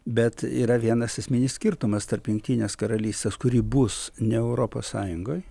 bet yra vienas esminis skirtumas tarp jungtinės karalystės kuri bus ne europos sąjungoj